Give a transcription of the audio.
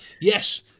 yes